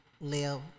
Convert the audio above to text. live